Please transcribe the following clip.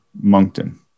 Moncton